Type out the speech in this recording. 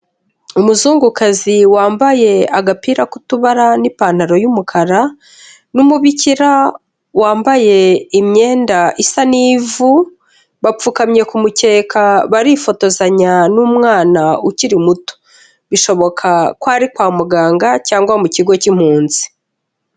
Umuzungukazi wambaye agapira k'utubara n'ipantaro y'umukara n'umubikira wambaye imyenda isa n'ivu, bapfukamye ku mukeka barifotozanya n'umwana ukiri muto, bishoboka ko ari kwa muganga cyangwa mu kigo cy'impunzi.